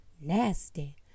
nasty